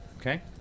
Okay